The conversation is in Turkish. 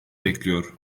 bekliyor